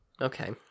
Okay